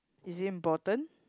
is it important